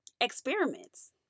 experiments